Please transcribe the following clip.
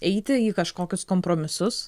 eiti į kažkokius kompromisus